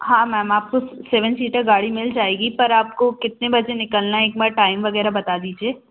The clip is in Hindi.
हाँ मैम आपको सेवन सीटर गाड़ी मिल जाएगी पर आपको कितने बजे निकलना है एक बार टाइम वगैरह बता दीजिए